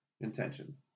intention